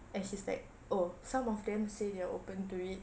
and she's like oh some of them say they are open to it